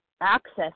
access